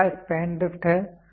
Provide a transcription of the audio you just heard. तो अगला span drift है